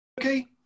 Okay